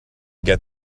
get